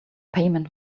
payment